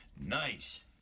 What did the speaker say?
Nice